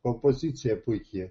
kompozicija puiki